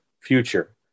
future